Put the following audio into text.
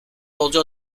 yolcu